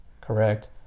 correct